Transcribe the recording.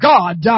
God